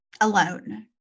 alone